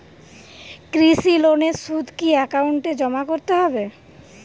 কৃষি লোনের সুদ কি একাউন্টে জমা করতে হবে?